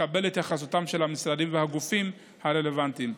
תתקבל התייחסותם של המשרדים והגופים הרלוונטיים.